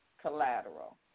collateral